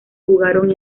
jugaron